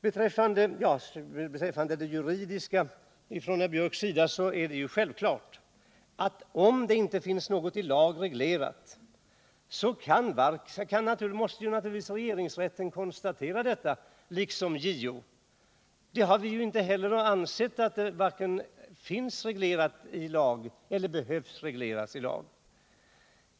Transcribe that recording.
Beträffande det juridiska är det väl självklart att om det inte finns något i lag reglerat stadgande måste naturligtvis regeringsrätten liksom JO konstatera detta. Vi har ju inte ansett att detta finns reglerat i lag eller behöver regleras i lag.